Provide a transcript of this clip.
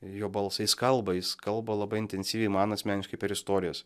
jo balsą jis kalba jis kalba labai intensyviai man asmeniškai per istorijas